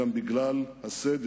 גם בגלל הסדר,